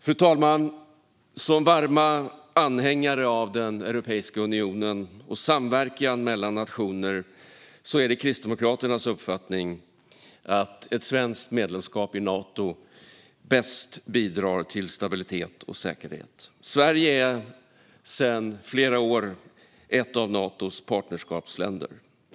Fru talman! Som varma anhängare av Europeiska unionen och samverkan mellan nationer är Kristdemokraternas uppfattning att ett svenskt medlemskap i Nato bäst bidrar till stabilitet och säkerhet. Sverige är sedan flera år ett av Natos partnerskapsländer.